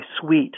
suite